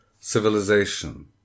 civilization